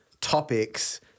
topics